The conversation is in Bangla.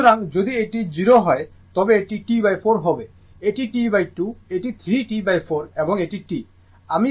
সুতরাং যদি এটি 0 হয় তবে এটি T4 হবে এটি T2 এটি 3T4 এবং এটি T